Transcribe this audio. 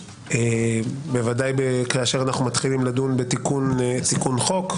בוודאי כאשר אנחנו מתחילים לדון בתיקון חוק,